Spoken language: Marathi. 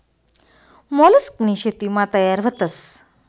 मोलस्कनी शेतीमा तयार व्हतस